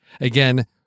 Again